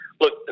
look